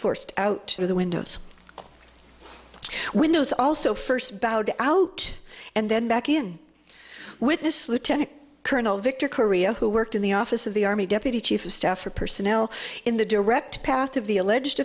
forced out of the windows windows also first bowed out and then back in witness lieutenant colonel victor korea who worked in the office of the army deputy chief of staff for personnel in the direct path of the alleged